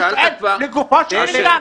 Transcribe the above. אני שואל לגופו של עניין.